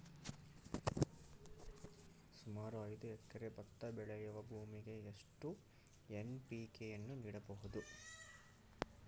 ಸುಮಾರು ಐದು ಎಕರೆ ಭತ್ತ ಬೆಳೆಯುವ ಭೂಮಿಗೆ ಎಷ್ಟು ಎನ್.ಪಿ.ಕೆ ಯನ್ನು ನೀಡಬಹುದು?